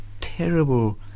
terrible